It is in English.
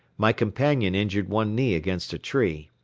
my companion injured one knee against a tree.